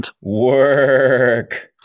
Work